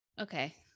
Okay